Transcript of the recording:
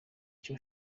icyo